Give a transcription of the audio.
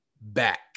back